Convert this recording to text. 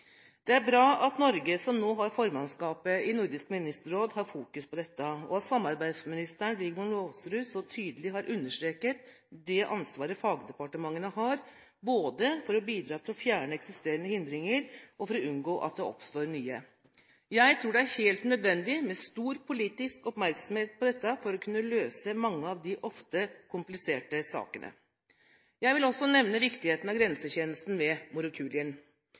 Det er bra at Norge, som nå har formannskapet i Nordisk Ministerråd, fokuserer på dette, og at samarbeidsministeren, Rigmor Aasrud, så tydelig har understreket det ansvaret fagdepartementene har både for å bidra til å fjerne eksisterende hindringer og for å unngå at det oppstår nye. Jeg tror det er helt nødvendig med stor politisk oppmerksomhet på dette for å kunne løse mange av de ofte kompliserte sakene. Jeg vil også nevne viktigheten av Grensetjenesten ved Morokulien.